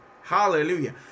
Hallelujah